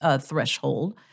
threshold